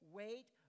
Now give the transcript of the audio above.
weight